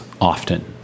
often